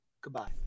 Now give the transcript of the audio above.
Goodbye